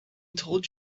told